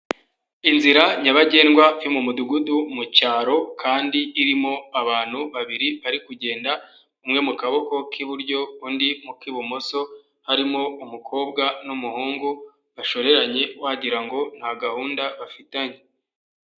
Inzira nyabagendwa yo mu mudugudu mu cyaro kandi irimo abantu babiri bari kugenda umwe mu kaboko k'iburyo undi mu k'ibumoso harimo umukobwa n'umuhungu bashoreranye wagirango ngo nta gahunda bafitanye.